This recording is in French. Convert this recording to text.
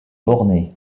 bornée